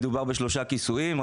מדובר בשלושה כיסויים.